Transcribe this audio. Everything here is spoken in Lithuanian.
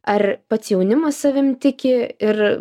ar pats jaunimas savim tiki ir